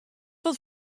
wat